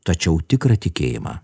tačiau tikrą tikėjimą